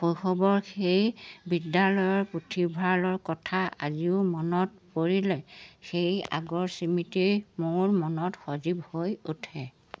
শৈশৱৰ সেই বিদ্যালয়ৰ পুথিভঁৰালৰ কথা আজিও মনত পৰিলে সেই আগৰ স্মৃতি মোৰ মনত সজীৱ হৈ উঠে